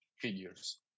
figures